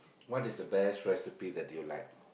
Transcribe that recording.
what is the best recipe that you like